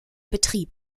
betrieb